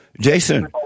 Jason